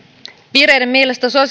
vihreiden mielestä